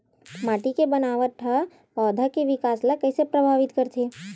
माटी के बनावट हा पौधा के विकास ला कइसे प्रभावित करथे?